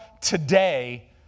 today